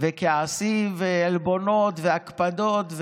וכעסים ועלבונות והקפדות,